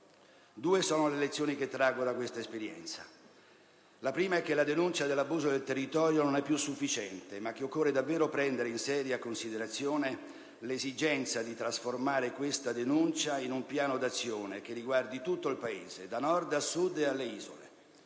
Due sono le lezioni che traggo da questa esperienza: la prima è che la denuncia dell'abuso del territorio non è più sufficiente, ma che occorre davvero prendere in seria considerazione l'esigenza di trasformare questa denuncia in un piano d'azione che riguardi tutto il Paese, da Nord a Sud e alle isole;